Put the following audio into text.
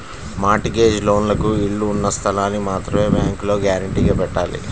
mart gauge లోన్లకు ఇళ్ళు ఉన్న స్థలాల్ని మాత్రమే బ్యేంకులో గ్యారంటీగా పెట్టాలి